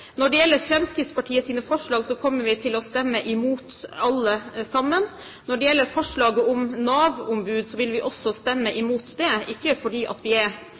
Når det gjelder Fremskrittspartiets forslag, kommer vi til å stemme imot alle sammen. Når det gjelder forslaget om Nav-ombud, vil vi også stemme mot det, ikke fordi vi er